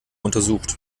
untersucht